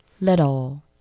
little